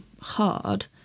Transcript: hard